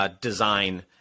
design